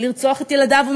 לרצוח את ילדיו,